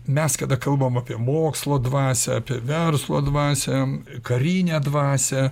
mes kada kalbam apie mokslo dvasią apie verslo dvasią karinę dvasią